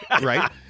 right